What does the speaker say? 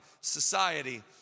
society